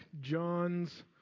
John's